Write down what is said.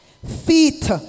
Feet